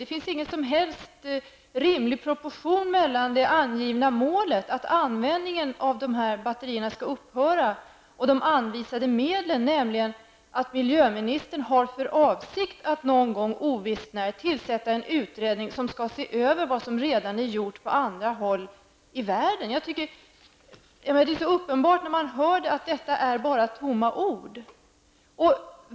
Det finns ingen som helst rimlig proportion mellan det angivna målet -- att användningen av de här batterierna skall upphöra -- och de anvisade medlen, nämligen att miljöministern har för avsikt att någon gång, ovisst när, tillsätta en utredning som skall se över vad som redan är gjort på andra håll i världen. Det är så uppenbart när man hör det att detta är bara tomma ord.